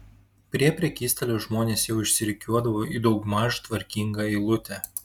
prie prekystalio žmonės jau išsirikiuodavo į daugmaž tvarkingą eilutę